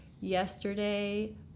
yesterday